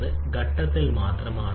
ട്ട്പുട്ടിൽ ഗണ്യമായ കുറവുണ്ടായി